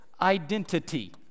identity